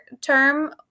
term